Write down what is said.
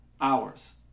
hours